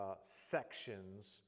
sections